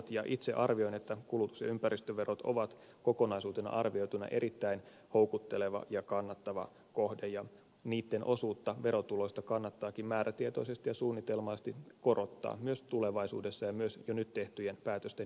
itse arvioin että kulutus ja ympäristöverot ovat kokonaisuutena arvioituna erittäin houkutteleva ja kannattava kohde ja niitten osuutta verotuloista kannattaakin määrätietoisesti ja suunnitelmallisesti korottaa myös tulevaisuudessa ja myös jo nyt tehtyjen päätösten jälkeen